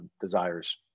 desires